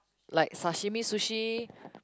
like sashimi sushi